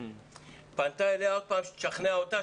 היא פנתה אליה עוד פעם שתשכנע אותה,